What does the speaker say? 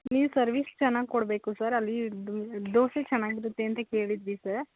ನೀವು ಸರ್ವಿಸ್ ಚೆನ್ನಾಗಿ ಕೊಡಬೇಕು ಸರ್ ಅಲ್ಲಿ ದೋಸೆ ಚೆನ್ನಾಗಿರುತ್ತೆ ಅಂತ ಕೇಳಿದ್ವಿ ಸರ್